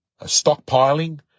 stockpiling